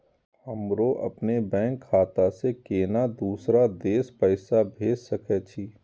हमरो अपने बैंक खाता से केना दुसरा देश पैसा भेज सके छी?